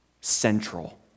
central